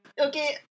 Okay